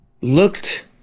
looked